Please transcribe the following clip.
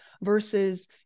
versus